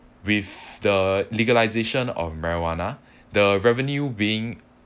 with the legalisation of marijuana the revenue being